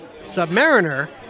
Submariner